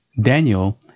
Daniel